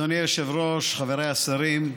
אדוני היושב-ראש, חבריי השרים,